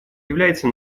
является